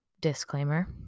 Disclaimer